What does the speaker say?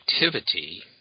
activity